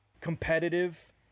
competitive